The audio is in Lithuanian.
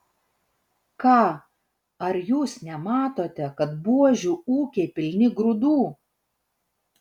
ką ar jūs nematote kad buožių ūkiai pilni grūdų